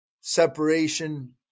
separation